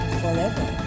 forever